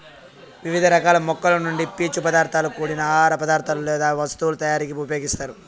వివిధ రకాల మొక్కల నుండి పీచు పదార్థాలతో కూడిన ఆహార పదార్థాలు లేదా వస్తువుల తయారీకు ఉపయోగిస్తారు